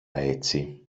έτσι